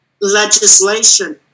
legislation